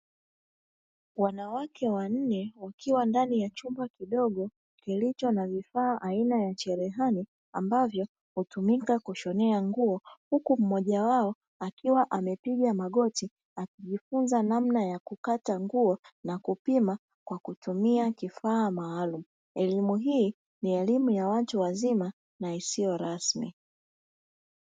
Wanawake wanne wakiwa ndani ya chumba kidogo kilicho na vifaa aina ya cherehani, ambavyo hutumika kushonea nguo. Huku mmoja wao akiwa amepiga magoti wakijifunza namna ya kukata nguo na kupima kwa kutumia kifaa maaluu elimu hii ni ya watu wazima na isiyo rasmi.